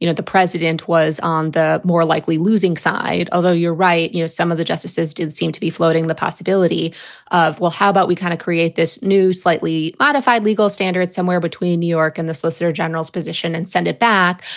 you know the president was on the more likely losing side, although you're right. you know, some of the justices didn't seem to be floating the possibility of, well, how about we kind of create this new slightly modified legal standard somewhere between new york and the solicitor general's position and send it back?